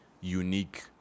unique